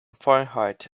fahrenheit